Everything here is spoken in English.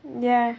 ya